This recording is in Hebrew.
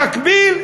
במקביל,